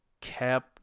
cap